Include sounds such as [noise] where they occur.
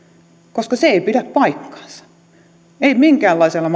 koska se ei pidä paikkaansa ei minkäänlaisella [unintelligible]